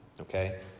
okay